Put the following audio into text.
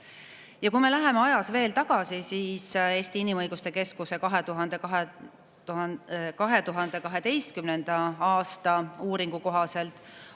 loomist. Läheme ajas veel tagasi. Eesti Inimõiguste Keskuse 2012. aasta uuringu kohaselt